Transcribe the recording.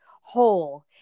whole